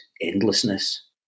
endlessness